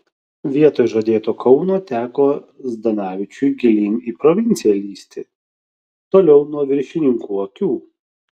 vietoj žadėto kauno teko zdanavičiui gilyn į provinciją lįsti toliau nuo viršininkų akių